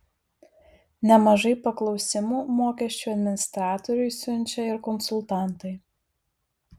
nemažai paklausimų mokesčių administratoriui siunčia ir konsultantai